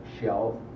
shelf